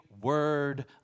word